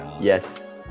yes